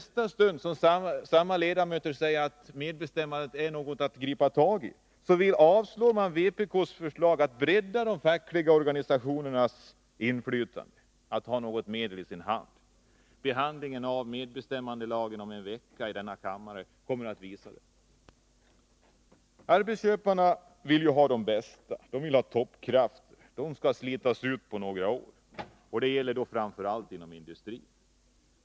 Utskottets ledamöter säger att medbestämmandelagen är något att gripa tag i, och i nästa stund avstyrker samma utskottsledamöter vpk:s förslag att bredda de fackliga organisationernas inflytande, så att de har något medel i sin hand. Behandlingen av medbestämmandelagen om en vecka i denna kammare kommer att visa detta. Arbetsköparna vill ju ha de bästa. De vill ha toppkrafter, som skall slitas ut på några år. Det gäller framför allt inom industrin.